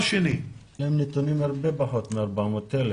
יש להם נתונים על הרבה פחות מ-400,000.